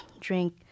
drink